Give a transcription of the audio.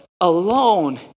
alone